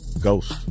Ghost